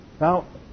now